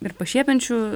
ir pašiepiančių